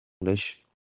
English